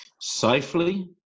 Safely